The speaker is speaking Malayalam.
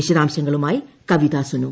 വിശദാംശങ്ങളുമായി കവിതാ സുനു